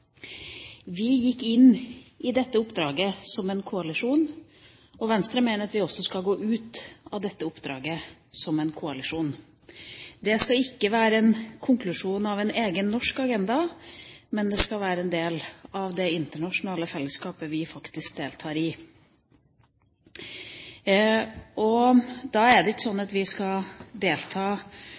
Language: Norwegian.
Vi gikk inn i dette oppdraget som en koalisjon, og Venstre mener at vi også skal gå ut av dette oppdraget som en koalisjon. Det skal ikke være en konklusjon på en egen norsk agenda, men det skal være en del av det internasjonale fellesskapet vi faktisk er en del av. Da er det ikke slik at vi skal delta